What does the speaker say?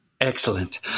excellent